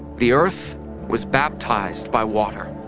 the earth was baptized by water,